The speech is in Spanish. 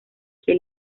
que